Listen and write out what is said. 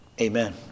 Amen